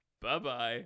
Bye-bye